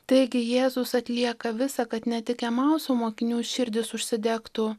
taigi jėzus atlieka visa kad ne tik emauso mokinių širdys užsidegtų